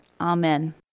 Amen